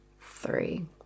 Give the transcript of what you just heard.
three